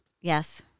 yes